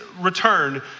return